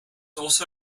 also